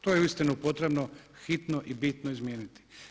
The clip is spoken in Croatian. To je uistinu potrebno hitno i bitno izmijeniti.